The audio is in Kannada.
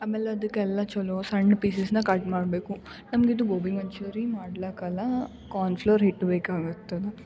ಆಮೇಲೆ ಅದಕ್ಕೆಲ್ಲ ಚಲೋ ಸಣ್ಣ ಪೀಸಸ್ನ ಕಟ್ ಮಾಡಬೇಕು ನಮ್ಗೆ ಇದು ಗೋಬಿ ಮಂಚೂರಿ ಮಾಡ್ಲಾಕೆ ಅಲ್ಲಾ ಕಾನ್ ಫ್ಲೋರ್ ಹಿಟ್ಟು ಬೇಕಾಗ್ತದೆ